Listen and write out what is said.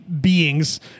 beings